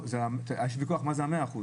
יש ויכוח מה זה ה-100%,